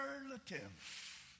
superlative